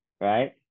right